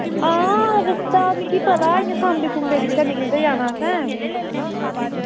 आं रस्ता मिगी पता असें सांबा चें निकलदे जाना असें